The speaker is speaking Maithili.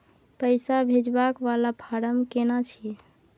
पैसा भेजबाक वाला फारम केना छिए?